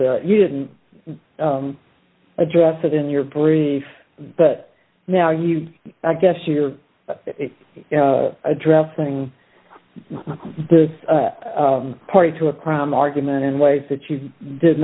bit you didn't address it in your brief but now you i guess you're addressing this party to a crime argument in ways that you did